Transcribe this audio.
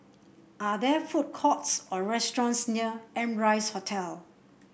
are there food courts or restaurants near Amrise Hotel